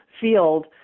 field